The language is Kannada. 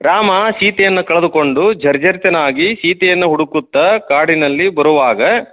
ರಾಮ ಸೀತೆಯನ್ನ ಕಳೆದುಕೊಂಡು ಜರ್ಜರಿತನಾಗಿ ಸೀತೆಯನ್ನ ಹುಡುಕುತ್ತಾ ಕಾಡಿನಲ್ಲಿ ಬರುವಾಗ